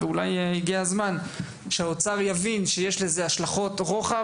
ואולי הגיע הזמן שהאוצר יבין שיש לזה השלכות רוחב,